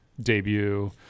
debut